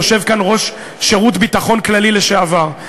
יושב כאן ראש שירות הביטחון הכללי לשעבר,